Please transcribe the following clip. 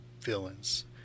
villains